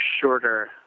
shorter